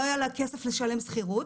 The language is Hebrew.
לא היה לה כסף לשלם שכירות.